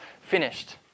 finished